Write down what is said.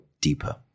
deeper